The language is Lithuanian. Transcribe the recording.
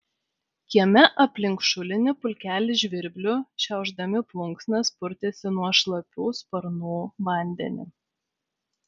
kieme aplink šulinį pulkelis žvirblių šiaušdami plunksnas purtėsi nuo šlapių sparnų vandenį